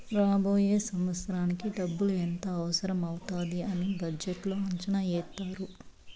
రాబోయే సంవత్సరానికి డబ్బులు ఎంత అవసరం అవుతాది అని బడ్జెట్లో అంచనా ఏత్తారు